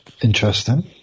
Interesting